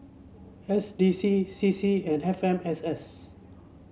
S D C C C and F M S S